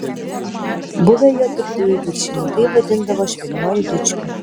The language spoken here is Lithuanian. buvę jo dirbtuvių viršininkai vadindavo švelniuoju dičkiu